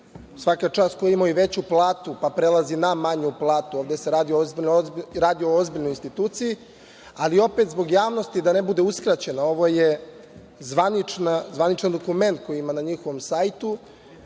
svaka čast ko je imao i veću platu pa prelazi na manju platu, ovde se radi o ozbiljnoj instituciji, ali opet zbog javnosti, da ne bude uskraćena, ovo je zvaničan dokument koji je na njihovom sajtu